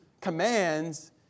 commands